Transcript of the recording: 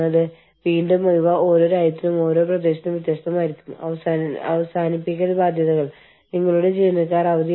നിങ്ങൾക്ക് ഒരേ കമ്പനിയുടെ വ്യത്യസ്ത സ്ഥലങ്ങളിലെ വ്യത്യസ്ത ഫാക്ടറികളിൽ നിങ്ങൾക്ക് ഫ്രണ്ട് ലൈൻ ജീവനക്കാരുണ്ട്